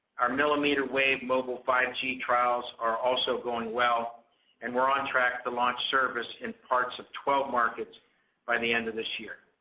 our millimeter wave mobile five g trials are also going well and we're on track to launch service in parts of twelve markets by the end of this year.